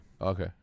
Okay